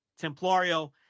Templario